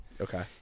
Okay